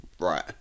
right